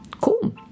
cool